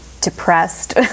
depressed